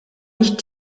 nicht